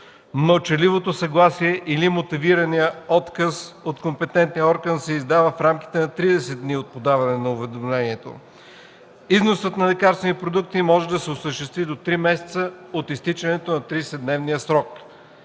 Мълчаливото съгласие или мотивираният отказ от компетентния орган се издава в рамките на 30 дни от подаване на уведомлението. Износът на лекарствени продукти може да се осъществи до три месеца от изтичането на 30 дневния срок.